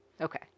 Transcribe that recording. Okay